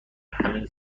همین